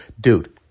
Dude